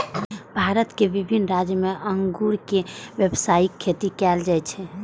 भारतक विभिन्न राज्य मे अंगूरक व्यावसायिक खेती कैल जाइ छै